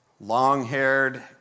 long-haired